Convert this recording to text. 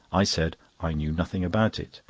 i said i knew nothing about it.